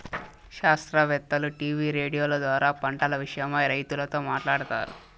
శాస్త్రవేత్తలు టీవీ రేడియోల ద్వారా పంటల విషయమై రైతులతో మాట్లాడుతారు